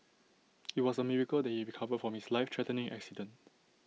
IT was A miracle that he recovered from his life threatening accident